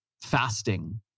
fasting